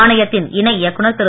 ஆணையத்தின் இணை இயக்குனர் திரு